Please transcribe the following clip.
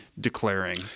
declaring